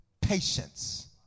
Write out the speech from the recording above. patience